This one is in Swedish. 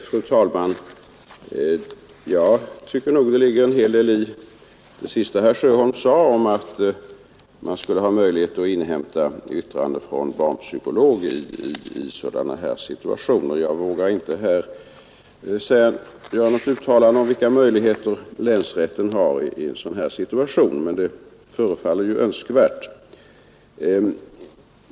Fru talman! Jag tycker nog att det ligger en hel del i det sista herr Sjöholm sade, nämligen att man skulle kunna inhämta yttrande från barnpsykolog i sådana här situationer. Jag vågar inte göra något uttalande om vilka möjligheter länsrätten har därvidlag men det förefaller som sagt önskvärt.